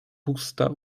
pusta